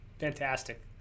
Fantastic